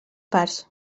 parts